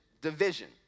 division